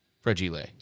Fragile